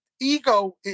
ego